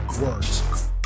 words